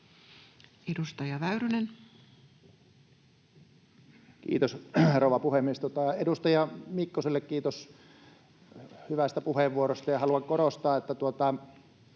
Edustaja Väyrynen. Kiitos, rouva puhemies! Edustaja Mikkoselle kiitos hyvästä puheenvuorosta. Haluan korostaa, että